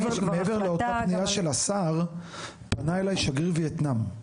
מעבר לאותה פנייה של השר פנה אליי שגריר וייטנאם,